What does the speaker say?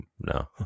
no